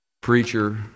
preacher